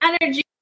energy